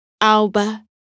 Alba